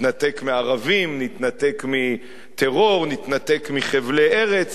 נתנתק מערבים, נתנתק מטרור, נתנתק מחבלי ארץ.